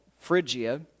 Phrygia